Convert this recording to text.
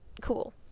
cool